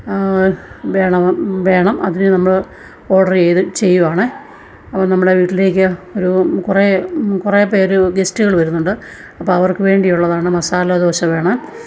വേണം വേണം അതിനു നമ്മൾ ഓഡർ ചെയ്തു ചെയ്യുവാണെ അപ്പം നമ്മളെ വീട്ടിലേക്ക് ഒരു കുറെ കുറേ പേർ ഗസ്റ്റുകൾ വരുന്നുണ്ട് അപ്പോൾ അവർക്കു വേണ്ടിയുള്ളതാണ് മസാലദോശ വേണം